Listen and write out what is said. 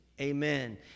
amen